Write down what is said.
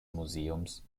museums